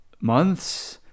months